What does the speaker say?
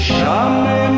Shame